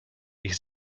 ich